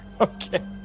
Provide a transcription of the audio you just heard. Okay